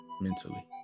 mentally